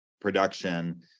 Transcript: production